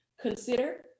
consider